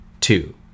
two